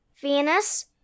Venus